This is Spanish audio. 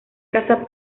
casa